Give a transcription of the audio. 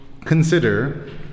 consider